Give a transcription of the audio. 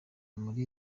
muri